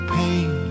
pain